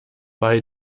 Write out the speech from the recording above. bei